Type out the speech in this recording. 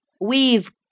We've